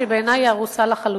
שבעיני היא הרוסה לחלוטין.